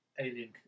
alien